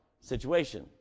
situation